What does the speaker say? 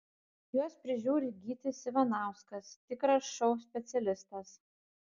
juos prižiūri gytis ivanauskas tikras šou specialistas